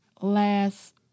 last